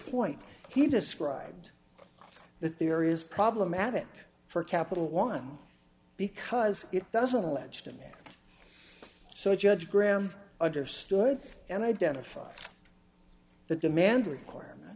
point he described that there is problematic for capital one because it doesn't alleged and so judge graham understood and identified the demand requirement